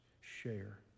share